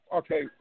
okay